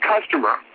customer